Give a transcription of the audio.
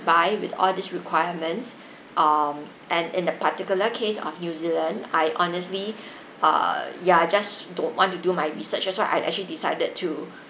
by with all these requirements um and in the particular case of new zealand I honestly uh ya just don't want to do my research that's why I actually decided to